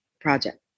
Project